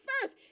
first